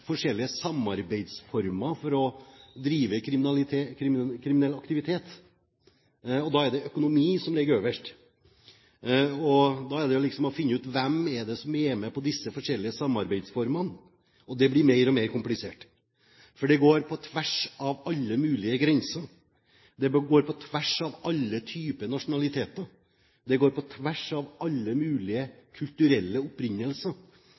forskjellige samarbeidsformer for å drive kriminell aktivitet – er det økonomi som ligger øverst. Da må en finne ut hvem som er med på disse forskjellige samarbeidsformene, og det blir mer og mer komplisert. Det går på tvers av alle mulige grenser, det går på tvers av alle typer nasjonaliteter, det går på tvers av alle mulige kulturelle opprinnelser.